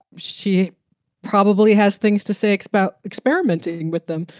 she probably has things to say about experimenting with them.